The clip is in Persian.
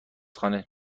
خانه